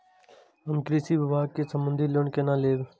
हम कृषि विभाग संबंधी लोन केना लैब?